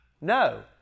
No